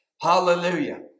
Hallelujah